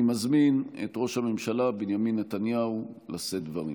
אני מזמין את ראש הממשלה בנימין נתניהו לשאת דברים.